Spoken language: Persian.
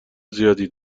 زیادی